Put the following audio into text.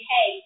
Hey